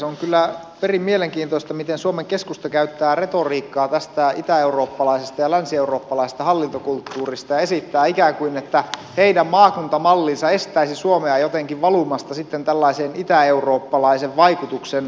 on kyllä perin mielenkiintoista miten suomen keskusta käyttää retoriikkaa tästä itäeurooppalaisesta ja länsieurooppalaisesta hallintokulttuurista ja esittää ikään kuin että heidän maakuntamallinsa estäisi suomea jotenkin valumasta sitten tällaiseen itäeurooppalaisen vaikutuksen piiriin